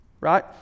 right